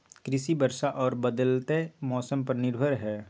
कृषि वर्षा आर बदलयत मौसम पर निर्भर हय